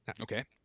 Okay